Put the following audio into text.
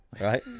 Right